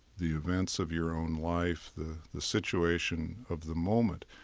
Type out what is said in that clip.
the events of your own life, the the situation of the moment.